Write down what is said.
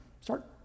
Start